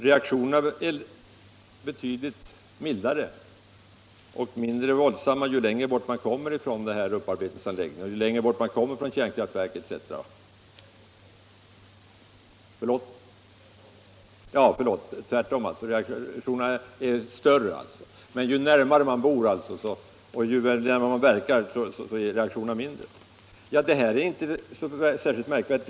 Reaktionerna blir större ju längre bort man bor från kärnkraftverket och mindre ju närmare man bor. Detta är inte särskilt märkvärdigt.